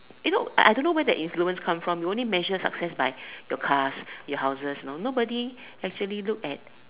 you know I don't know where the influence come from we only measure success by your cars your houses you know nobody actually look at